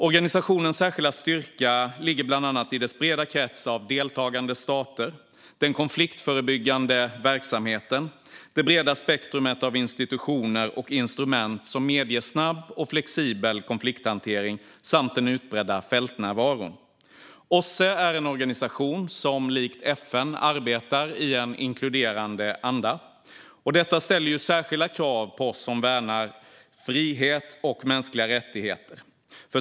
Organisationens särskilda styrka ligger bland annat i dess breda krets av deltagande stater, den konfliktförebyggande verksamheten, det breda spektrumet av institutioner och instrument som medger snabb och flexibel konflikthantering samt den utbredda fältnärvaron. OSSE är en organisation som likt FN arbetar i en inkluderande anda. Detta ställer särskilda krav på oss som värnar frihet och mänskliga rättigheter.